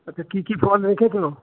তা কী কী ফল রেখেছ